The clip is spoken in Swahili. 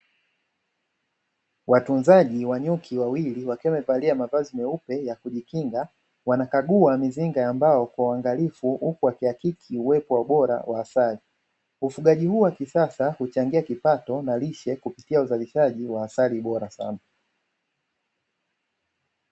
Watunzaji wa nyuki wawili wakiwa wamevalia mavazi meupe ya kujikinga, wanakagua mizinga ya mbao kwa uangalifu, huku wakihakiki uwepo wa bora wa asali, ufugaji huo wa kisasa huchangia kipato na lishe kupitia uzalishaji wa asali bora sana.